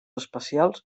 especials